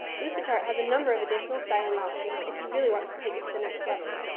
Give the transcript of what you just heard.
lucidchart has a number of additional styling options if you really want to take it to the next level.